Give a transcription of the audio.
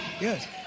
Yes